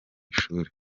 ishuri